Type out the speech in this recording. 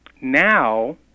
Now